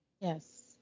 Yes